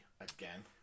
again